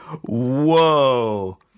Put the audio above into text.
Whoa